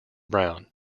brown